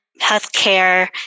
healthcare